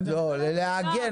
לעגן.